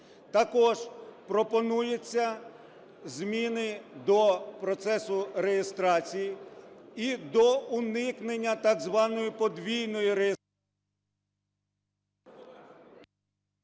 Також пропонуються зміни до процесу реєстрації і до уникнення так званої подвійної… ГОЛОВУЮЧИЙ.